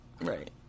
Right